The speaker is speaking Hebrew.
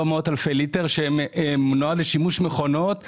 מאות אלפי ליטר שנועד לשימוש מכונות ולהידראוליקה.